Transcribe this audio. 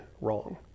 wrong